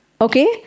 Okay